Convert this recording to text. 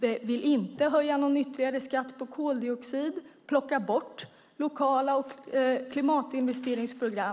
Ni vill inte höja skatten på koldioxid. Ni vill plocka bort lokala klimatinvesteringsprogram.